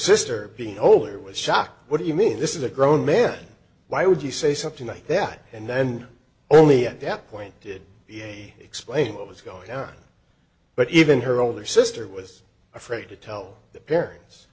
sister being older was shocked what do you mean this is a grown man why would you say something like that and then only at that point did he explain what was going out but even her older sister was afraid to tell the parents